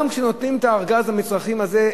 גם כשנותנים את ארגז המצרכים הזה,